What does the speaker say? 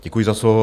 Děkuji za slovo.